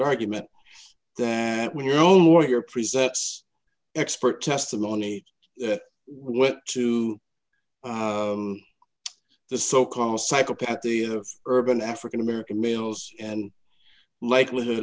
argument then that when your own lawyer presents expert testimony that went to the so called a psychopath the of urban african american males and likelihood